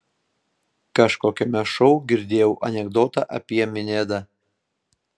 kažkokiame šou girdėjau anekdotą apie minedą